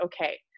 okay